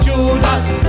Judas